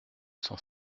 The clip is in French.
cent